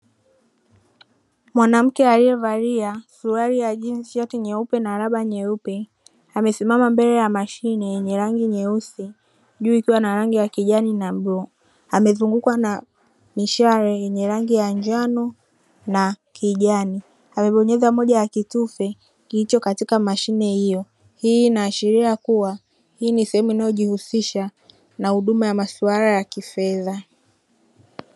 Mwanamke aliyevalia suruali ya jinzi, shati nyeupe na raba nyeupe; amesimama mbele ya mashine yenye rangi nyeusi juu ikiwa na rangi ya kijani na bluu. Amezungukwa na mishale yenye rangi ya njano na kijani. Amebonyeza moja ya kitufe kilicho katika mashine hiyo. Hii inaashiria kuwa hii ni sehemu inayojihusisha na masuala ya kifedha.